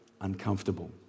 uncomfortable